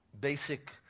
Basic